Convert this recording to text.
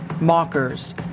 mockers